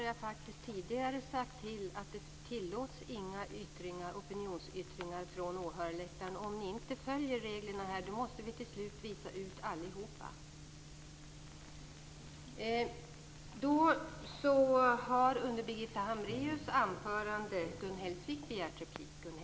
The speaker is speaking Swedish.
Jag har tidigare sagt till om att opinionsyttringar från åhörarläktaren inte är tillåtna. Om ni inte följer reglerna måste vi till slut visa ut allihop.